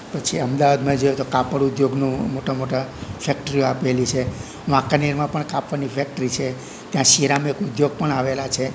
પછી અમદાવાદમાં જોઈએ તો કાપડ ઉદ્યોગનું મોટા મોટા ફેક્ટરીઓ આપેલી છે વાંકાનેરમાં પણ કાપડની ફેક્ટરી છે ત્યાં સિરામિક ઉદ્યોગ પણ આવેલા છે